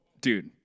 dude